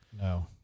No